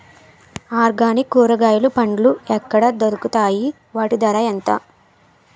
Organic కూరగాయలు పండ్లు ఎక్కడ దొరుకుతాయి? వాటి ధర ఎంత?